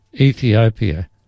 Ethiopia